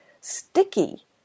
sticky